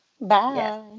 Bye